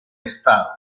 estado